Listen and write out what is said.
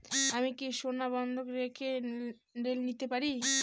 আমি কি সোনা বন্ধক রেখে লোন পেতে পারি?